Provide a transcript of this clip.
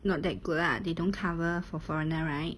not that good lah they don't cover for foreigner right